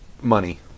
Money